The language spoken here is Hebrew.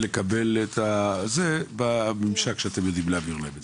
ולקבל את המידע בממשק שאליו אתם מעבירים אותו.